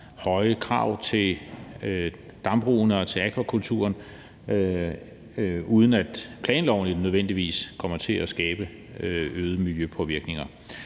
høje krav til dambrugene og til akvakulturen, uden at planloven nødvendigvis kommer til at skabe øgede miljøpåvirkninger.